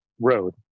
road